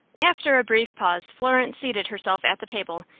after a brief pause florence seated herself at the table,